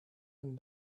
and